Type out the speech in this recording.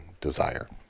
desire